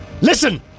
Listen